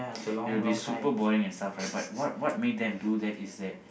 it will be super boring and stuff right but what what made them do that is that